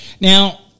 Now